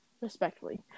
Respectfully